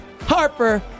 Harper